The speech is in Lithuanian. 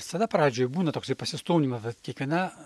visada pradžioj būna toksai pasistumdymas bet kiekviena